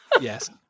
Yes